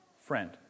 friend